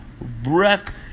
breath